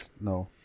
no